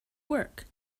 work